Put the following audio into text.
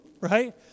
right